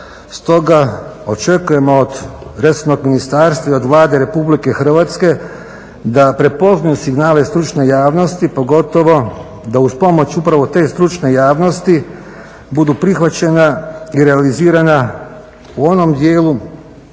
Stoga očekujemo od resornog ministarstva i od Vlade Republike Hrvatske da prepoznaju signale stručne javnosti pogotovo da uz pomoć upravo te stručne javnosti budu prihvaćena i realizirana u onom dijelu